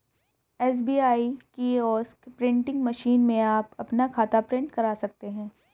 SBI kiosk printing machine में आप अपना खाता प्रिंट करा सकते हैं